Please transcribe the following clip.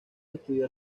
estudiar